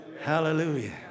Hallelujah